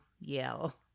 yell